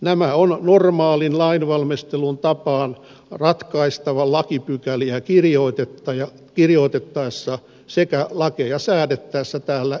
nämä on normaalin lainvalmistelun tapaan ratkaistava lakipykäliä kirjoitettaessa sekä lakeja säädettäessä täällä eduskunnassa